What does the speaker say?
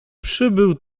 przybył